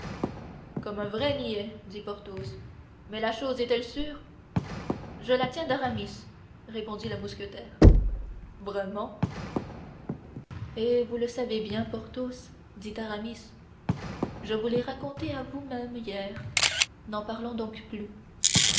comme un vrai niais dit porthos mais la chose est-elle sûre je la tiens d'aramis répondit le mousquetaire vraiment eh vous le savez bien porthos dit aramis je vous l'ai racontée à vous-même hier n'en parlons donc plus